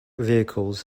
vehicles